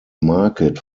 market